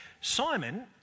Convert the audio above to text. Simon